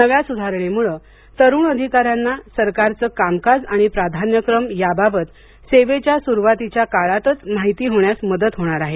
नव्या सुधारणेमुळे तरूण अधिकाऱ्यांना सरकारचे कामकाज आणि प्राधान्यक्रम याबाबत सेवेच्या सुरुवातीच्या काळातच माहिती होण्यास मदत होणार आहे